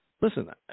Listen